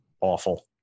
awful